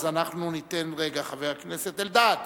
ולכן ניתן לחבר הכנסת אלדד.